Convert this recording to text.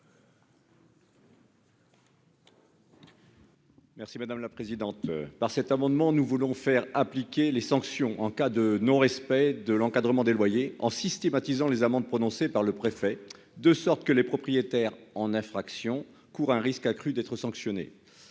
M. Daniel Salmon. Par cet amendement, nous voulons faire appliquer les sanctions en cas de non-respect de l'encadrement des loyers, en systématisant les amendes prononcées par le préfet, de sorte que les propriétaires commettant une infraction courent un risque accru d'être sanctionnés.